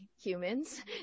humans